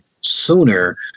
sooner